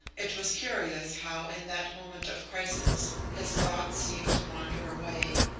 it was curious how in that moment of crisis his thoughts seemed to wander away.